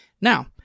Now